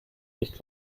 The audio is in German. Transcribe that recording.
nicht